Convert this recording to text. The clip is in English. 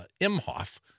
Imhoff